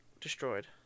Destroyed